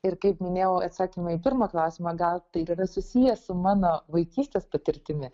ir kaip minėjau atsakyme į pirmą klausimą gal tai ir yra susiję su mano vaikystės patirtimi